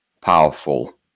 powerful